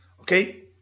Okay